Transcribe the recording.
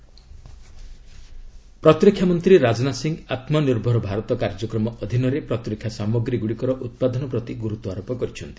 defence production ପ୍ରତିରକ୍ଷା ମନ୍ତ୍ରୀ ରାଜନାଥ ସିଂହ ଆତ୍ମନିର୍ଭର ଭାରତ କାର୍ଯ୍ୟକ୍ରମ ଅଧୀନରେ ପ୍ରତିରକ୍ଷା ସାମଗ୍ରୀଗୁଡ଼ିକର ଉତ୍ପାଦନ ପ୍ରତି ଗୁରୁତ୍ୱାରୋପ କରିଛନ୍ତି